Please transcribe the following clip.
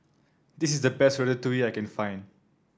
this is the best Ratatouille that I can find